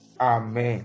Amen